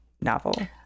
novel